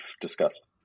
discussed